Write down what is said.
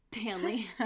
Stanley